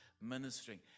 ministering